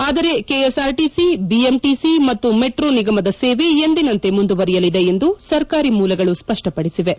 ಆದರೆ KSRTC BMTC ಮತ್ತು metro ನಿಗಮದ ಸೇವೆ ಎಂದಿನಂತೆ ಮುಂದುವರೆಯಲಿದೆ ಎಂದು ಸರ್ಕಾರಿ ಮೂಲಗಳು ಸ್ವಷ್ಷಪಡಿಸಿವೆ